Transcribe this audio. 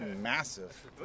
massive